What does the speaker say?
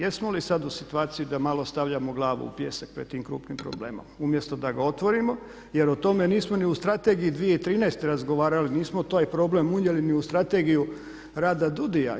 Jesmo li sad u situaciji da malo stavljamo glavu u pijesak pred tim krupnim problemom umjesto da ga otvaramo jer o tome nismo ni u Strategiji 2013.razgovarali, nismo taj problem unijeli ni u Strategiju rada DUUDI-ja.